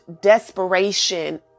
desperation